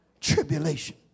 tribulation